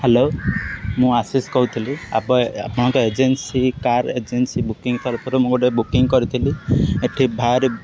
hello ମୁଁ ଆଶିଷ କହୁଥିଲି ଆପ ଆପଣଙ୍କ ଏଜେନ୍ସି କାର୍ ଏଜେନ୍ସି ବୁକିଂ ତରଫରୁ ମୁଁ ଗୋଟିଏ ବୁକିଂ କରିଥିଲି ଏଠି ଭାରି